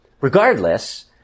Regardless